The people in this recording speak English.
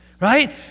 right